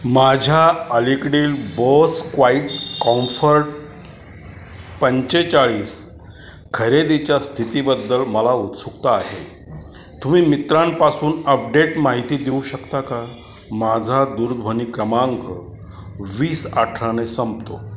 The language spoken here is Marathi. माझ्या अलीकडील बोस क्वाईट कॉम्फर्ट पंचेचाळीस खरेदीच्या स्थितीबद्दल मला उत्सुकता आहे तुम्ही मित्रांपासून अपडेट माहिती देऊ शकता का माझा दूरध्वनी क्रमांक वीस अठराने संपतो